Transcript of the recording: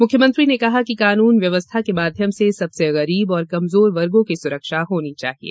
मुख्यमंत्री ने कहा कि कानून व्यवस्था के माध्यम से सबसे गरीब और कमजोर वर्गो की सुरक्षा होनी चाहिए